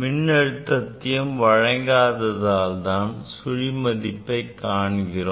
மின் அழுத்தத்தையும் வழங்காததால் தான் சுழியமதிப்பை காண்கிறோம்